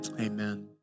amen